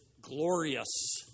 glorious